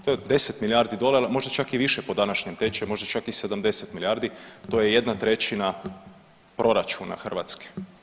To je 10 milijardi dolara, možda čak i više po današnjem tečaju, možda čak i 70 milijardi, to je jedna trećina proračuna Hrvatske.